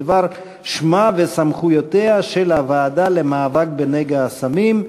בדבר שמה וסמכויותיה של הוועדה למאבק בנגע הסמים,